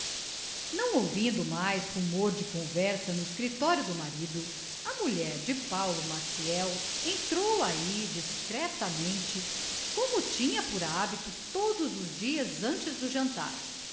não ouvindo mais rumor de conversa no escriptorio do marido a mulher de paulo maciel entrou ahi discretamente como tinha por habite todos os dias antes do jantar